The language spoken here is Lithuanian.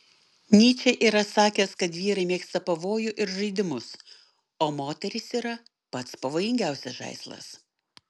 nyčė yra sakęs kad vyrai mėgsta pavojų ir žaidimus o moterys yra pats pavojingiausias žaislas